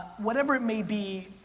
whatever it may be,